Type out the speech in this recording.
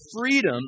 freedom